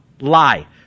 lie